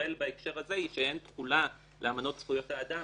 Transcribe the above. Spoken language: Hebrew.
ישראל בהקשר הזה היא שאין תחולה לאמנות זכויות האדם